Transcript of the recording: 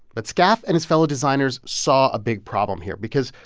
but skaff and his fellow designers saw a big problem here because,